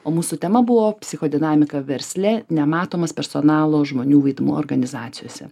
o mūsų tema buvo psichodinamika versle nematomas personalo žmonių vaidmuo organizacijose